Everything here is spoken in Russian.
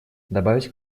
добавить